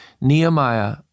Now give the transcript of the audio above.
Nehemiah